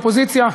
אופוזיציה,